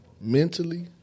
mentally